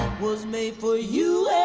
was made for you